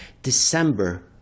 December